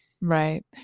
Right